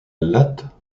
latte